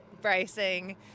bracing